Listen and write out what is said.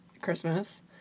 Christmas